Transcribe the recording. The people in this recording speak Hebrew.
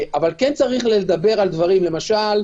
אבל כן יש לדבר על דברים למשל,